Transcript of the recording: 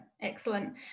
excellent